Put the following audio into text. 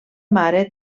mare